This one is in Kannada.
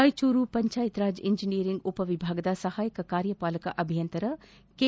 ರಾಯಚೂರು ಪಂಚಾಯತ್ ರಾಜ್ ಇಂಜನಿಯರಿಂಗ್ ಉಪ ವಿಭಾಗದ ಸಹಾಯಕ ಕಾರ್ಯ ಪಾಲಕ ಅಭಿಯಂತರ ಕೇ